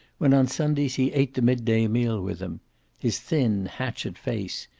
when on sundays he ate the mid-day meal with them his thin hatchet face,